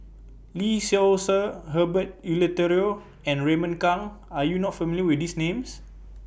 Lee Seow Ser Herbert Eleuterio and Raymond Kang Are YOU not familiar with These Names